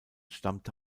stammte